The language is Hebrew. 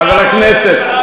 חבר הכנסת,